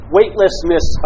Weightlessness